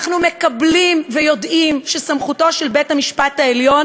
אנחנו מקבלים ויודעים שסמכותו של בית-המשפט העליון